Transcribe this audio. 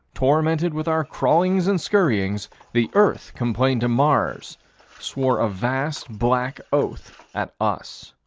tormented with our crawlings and scurryings, the earth complained to mars swore a vast black oath at us.